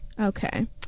Okay